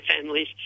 families